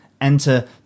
Enter